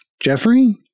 Jeffrey